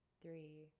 three